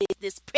business